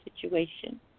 situation